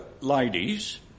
ladies